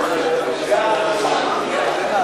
גם על הצעת החוק השנייה,